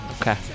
Okay